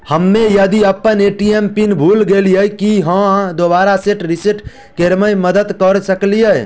हम्मे यदि अप्पन ए.टी.एम पिन भूल गेलियै, की अहाँ दोबारा सेट रिसेट करैमे मदद करऽ सकलिये?